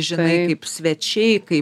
žinai kaip svečiai kai